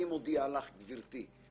אני מודיע לך גברתי,